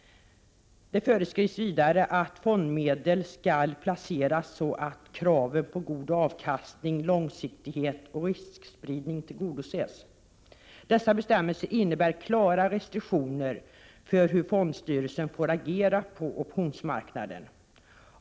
Det föreskrivs vidare att fondmedel skall placeras så att kraven på god avkastning, långsiktighet och riskspridning tillgodoses. Dessa bestämmelser innebär klara restriktioner för hur fondstyrelserna får agera på optionsmarknaden.